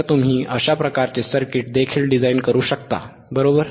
तर तुम्ही अशा प्रकारचे सर्किट देखील डिझाइन करू शकता बरोबर